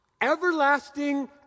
everlasting